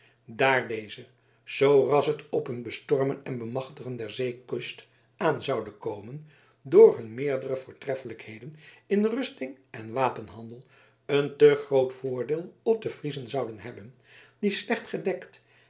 daar deze zooras het op een bestormen en bemachtigen der zeekust aan zoude komen door hun meerdere voortreffelijkheden in rusting en wapenhandel een te groot voordeel op de friezen zouden hebben die slecht gedekt